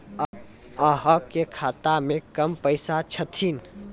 अहाँ के खाता मे कम पैसा छथिन?